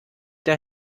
der